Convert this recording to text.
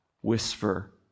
whisper